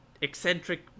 eccentric